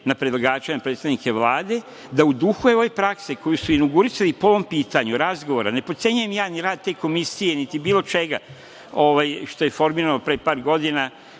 na predstavnike Vlade, predlagače da u duhu ove prakse koju su regulisali po ovom pitanju, razgovora, ne potcenjuje ja ni rad te komisije, niti bilo čega što je formirano pre par godina,